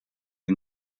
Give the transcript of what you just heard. een